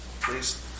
please